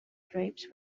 drapes